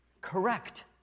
correct